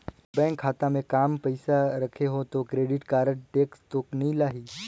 मोर bank खाता मे काम पइसा रखे हो तो क्रेडिट कारड टेक्स तो नइ लाही???